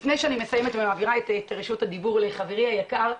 לפני שאני מסיימת ומעבירה את רשות הדיבור לחברי היקר,